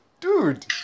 Dude